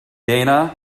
dana